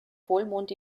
vollmond